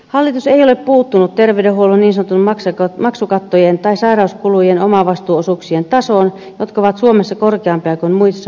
hallitus ei ole puuttunut terveydenhuollon niin sanottujen maksukattojen tai sairauskulujen omavastuuosuuksien tasoon jotka ovat suomessa korkeampia kuin muissa pohjoismaissa